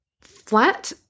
flat